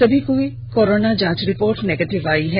सभों की कोरोना जांच रिपोर्ट भी नेगेटिव आई है